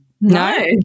No